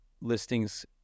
listings